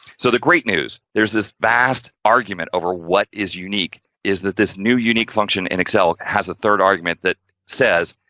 so the great news, there's this vast argument over what is unique, is that this new unique function in excel, has a third argument, that says,